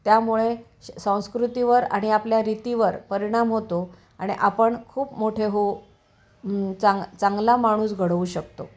त्यामुळे श संस्कृतीवर आणि आपल्या रीतीवर परिणाम होतो आणि आपण खूप मोठे हो चांग चांगला माणूस घडवू शकतो